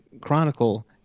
Chronicle